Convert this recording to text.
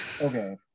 okay